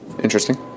Interesting